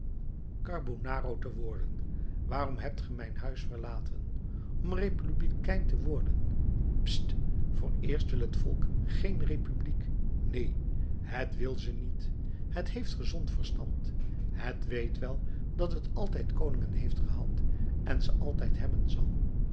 carbonaro te worden waarom hebt ge mijn huis verlaten om republikein te worden pssst vooreerst wil het volk geen republiek neen het wil ze niet het heeft gezond verstand het weet wel dat het altijd koningen heeft gehad en ze altijd hebben zal